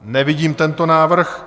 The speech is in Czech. Nevidím tento návrh.